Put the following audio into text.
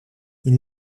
ils